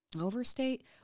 overstate